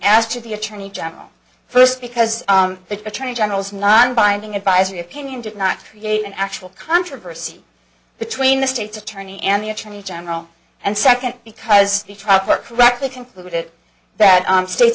asked to the attorney general first because the attorney general's non binding advisory opinion did not create an actual controversy between the state attorney and the attorney general and second because the trucker correctly concluded that state